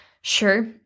Sure